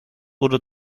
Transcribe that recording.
oder